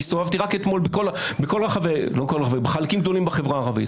הסתובבתי רק אתמול בחלקים גדולים בחברה הערבית.